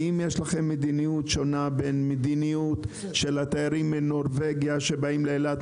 האם יש לכם מדיניות שונה בין מדיניות של התיירים מנורבגיה שבאים לאילת,